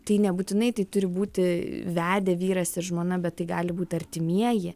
tai nebūtinai tai turi būti vedę vyras ir žmona bet tai gali būti artimieji